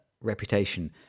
reputation